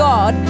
God